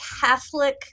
Catholic